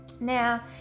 Now